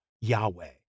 Yahweh